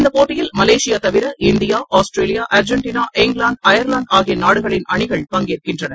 இந்த போட்டியில் மலேசியா தவிர India Australia Argentina England Ireland ஆகிய நாடுகளின் அணிகள் பங்கேற்கின்றன